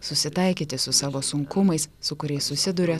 susitaikyti su savo sunkumais su kuriais susiduria